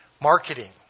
marketing